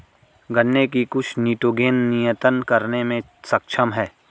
गन्ने की कुछ निटोगेन नियतन करने में सक्षम है